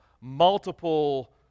multiple